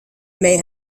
may